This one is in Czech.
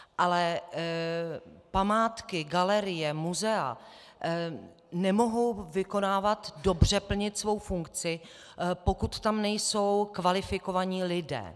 Ale památky, galerie, muzea nemohou vykonávat a dobře plnit svou funkci, pokud tam nejsou kvalifikovaní lidé.